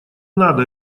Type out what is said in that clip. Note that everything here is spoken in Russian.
надо